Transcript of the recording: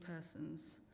persons